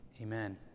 Amen